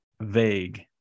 vague